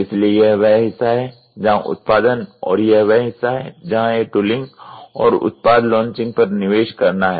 इसलिए यह वह हिस्सा है जहां उत्पादन और यह वह हिस्सा है जहां यह टूलींग और उत्पाद लॉन्चिंग पर निवेश करना है